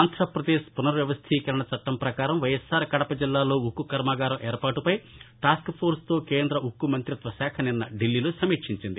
ఆంధ్రాపదేశ్ పునర్ వ్యవస్లీకరణ చట్టం ప్రకారం వైఎస్సార్ కడప జిల్లాలో ఉక్కు కర్నాగారం ఏర్పాటుపై టాస్క్ఫోర్స్తో కేంద్ర ఉక్కు మంతిత్వ శాఖ నిన్న ఢిల్లీలో సమీక్షించింది